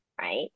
right